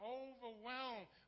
overwhelmed